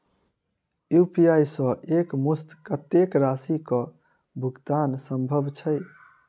UPI सऽ एक मुस्त कत्तेक राशि कऽ भुगतान सम्भव छई?